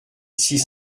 six